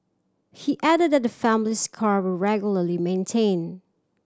he added that the family's cars were regularly maintained